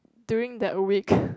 during that week